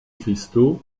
cristaux